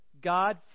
God